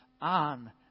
on